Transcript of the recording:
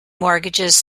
mortgages